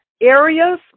areas